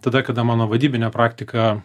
tada kada mano vadybinė praktika